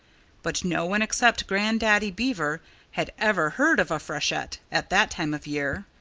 but no one except grandaddy beaver had ever heard of a freshet at that time of year.